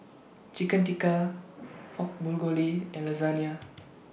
Chicken Tikka Pork Bulgogi and Lasagne